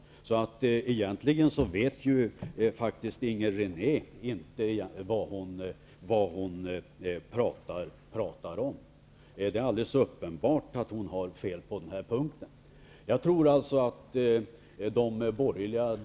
Egentligen vet Inger René inte vad hon pratar om. Det är alldeles uppenbart att hon har fel på denna punkt.